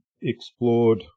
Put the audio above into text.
explored